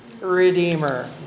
redeemer